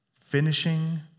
finishing